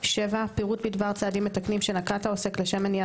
(7) פירוט בדבר צעדים מתקנים שנקט העוסק לשם מניעת